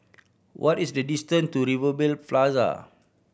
what is the distance to Rivervale Plaza